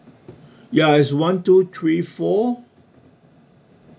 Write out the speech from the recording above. ya is one two three four